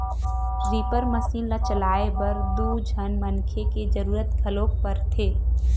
reaper machine ल चलाए बर दू झन मनखे के जरूरत घलोक परथे